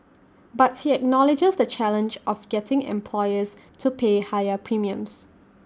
but he acknowledges the challenge of getting employers to pay higher premiums